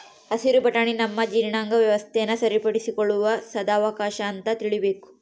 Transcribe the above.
ಹಸಿರು ಬಟಾಣಿ ನಮ್ಮ ಜೀರ್ಣಾಂಗ ವ್ಯವಸ್ಥೆನ ಸರಿಪಡಿಸಿಕೊಳ್ಳುವ ಸದಾವಕಾಶ ಅಂತ ತಿಳೀಬೇಕು